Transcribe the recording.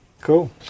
Cool